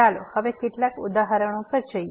ચાલો હવે કેટલાક ઉદાહરણો પર જઈએ